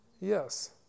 Yes